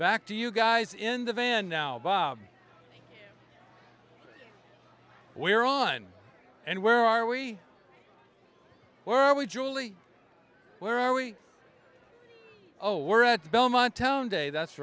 back to you guys in the van now bob we're on and where are we were we julie where are we oh we're at belmont town day that's